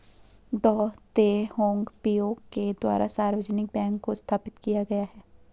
डॉ Teh Hong Piow के द्वारा सार्वजनिक बैंक को स्थापित किया गया है